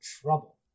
trouble